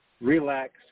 relax